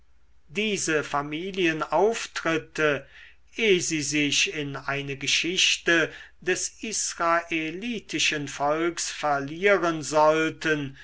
diese familienauftritte ehe sie sich in eine geschichte des israelitischen volks verlieren sollten